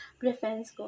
preference